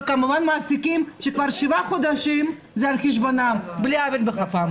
וכמובן המעסיקים שכבר שבעה חודשים זה על חשבונם ללא עוול בכפם.